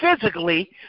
physically